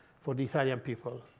for the italian people.